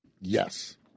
Yes